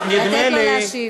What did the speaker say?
לתת לו להשיב.